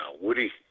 Woody